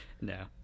No